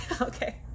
Okay